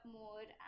more